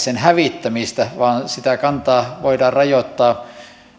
sen hävittämistä vaan sitä kantaa voidaan rajoittaa